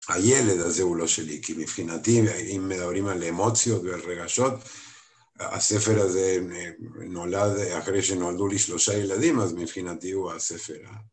הילד הזה הוא לא שלי, כי מבחינתי, אם מדברים על אמוציות ועל רגשות, הספר הזה נולד, אחרי שנולדו לי שלושה ילדים, אז מבחינתי הוא הספר.